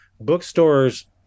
bookstores